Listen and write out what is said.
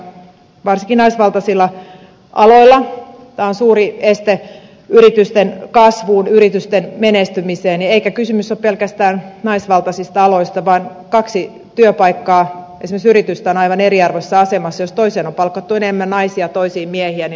varsinkin naisvaltaisilla aloilla tämä on suuri este yritysten kasvulle yritysten menestymiselle eikä kysymys ole pelkästään naisvaltaisista aloista vaan kaksi työpaikkaa esimerkiksi yritystä ovat aivan eriarvoisessa asemassa jos toiseen on palkattu enemmän naisia toisiin miehiä